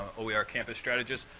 oer campus strategist.